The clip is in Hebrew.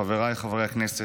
חבריי חברי הכנסת,